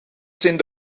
zin